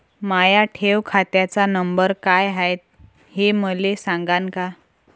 माया ठेव खात्याचा नंबर काय हाय हे मले सांगान का?